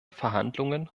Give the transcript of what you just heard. verhandlungen